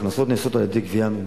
והכנסות נעשות על-ידי גביית מסים.